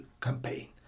campaign